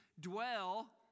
Dwell